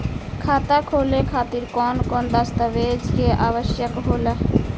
खाता खोले खातिर कौन कौन दस्तावेज के आवश्यक होला?